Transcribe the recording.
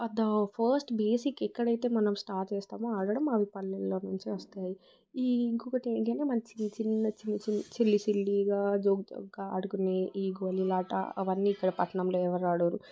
for the first basic ఎక్కడైతే మనం start చేస్తామో ఆడడం అవి పల్లెల్లో నుంచే వస్తాయి ఇంకొకటి ఏంటి అంటే ఇలా మంచిగా చిల్లి సిల్లిగా జోక్ జోక్గా ఆడుకునే ఈ గోలీలాట అవన్నీ ఇక్కడ పట్నంలో ఎవరు ఆడారు